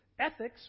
ethics